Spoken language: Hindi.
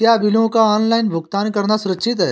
क्या बिलों का ऑनलाइन भुगतान करना सुरक्षित है?